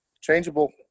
changeable